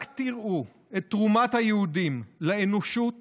רק תראו את תרומת היהודים לאנושות